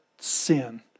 sin